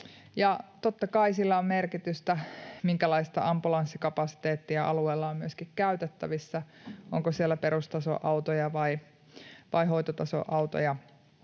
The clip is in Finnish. totta kai sillä on merkitystä, minkälaista ambulanssikapasiteettia alueella on myöskin käytettävissä, onko siellä perustason autoja vai hoitotason autoja,